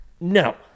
no